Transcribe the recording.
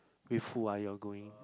with who ah you're going